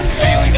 feeling